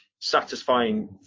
satisfying